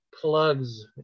Plugs